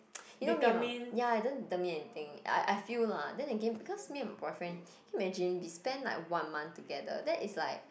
you know me and my ya then he tell me anything I feel like lah then again because me and my boyfriend can you imagine we spend like one month together that is like